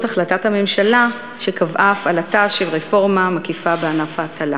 החלטת הממשלה שקבעה הפעלתה של רפורמה מקיפה בענף ההטלה.